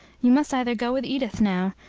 you must either go with edith now,